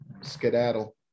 skedaddle